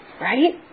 Right